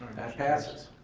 passes.